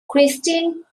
christine